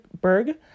Berg